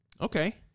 Okay